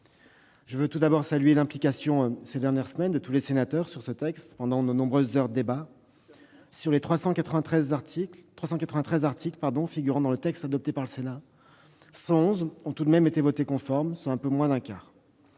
Je veux tout d'abord saluer l'implication de tous les sénateurs, ces dernières semaines, sur ce texte, pendant de nombreuses heures de débat. Sur les 393 articles figurant dans le texte adopté par le Sénat, 111 ont tout de même été votés conformes, soit un peu moins d'un quart.